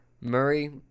Murray